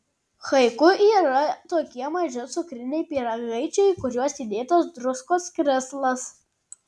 haiku yra tokie maži cukriniai pyragaičiai į kuriuos įdėtas druskos krislas